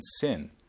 sin